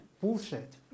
bullshit